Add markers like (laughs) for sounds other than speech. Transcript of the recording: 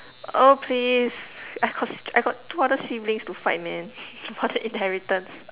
oh please I got s~ I got two other siblings to fight man for the inheritance (laughs)